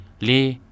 l'e